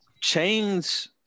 Chains